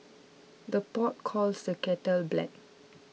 the pot calls the kettle black